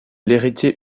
l’héritier